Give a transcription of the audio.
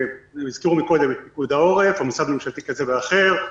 הזכירו קודם את פיקוד העורף או משרד ממשלתי כזה או אחר,